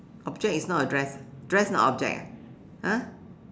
object is not a dress dress not object ah !huh!